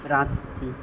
Ranchi